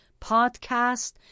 podcast